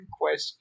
question